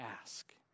ask